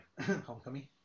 Homecoming